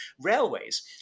railways